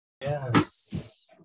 Yes